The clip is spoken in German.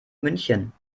münchen